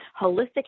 holistic